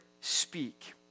speak